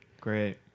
Great